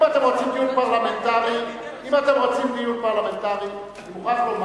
אם אתם רוצים דיון פרלמנטרי, אני מוכרח לומר